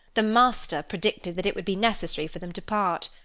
the master predicted that it would be necessary for them to part.